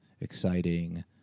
exciting